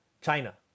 China